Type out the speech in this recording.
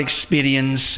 experience